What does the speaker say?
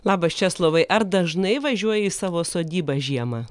labas česlovai ar dažnai važiuoji į savo sodybą žiemą